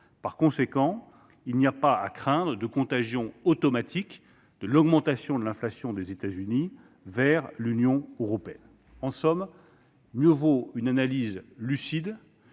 Par conséquent, il n'y a pas à craindre de contagion automatique de l'augmentation de l'inflation des États-Unis vers l'Union européenne. En somme, mieux vaut une analyse lucide